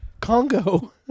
Congo